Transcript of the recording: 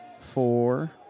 four